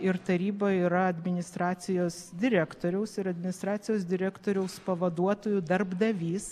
ir taryba yra administracijos direktoriaus ir administracijos direktoriaus pavaduotojų darbdavys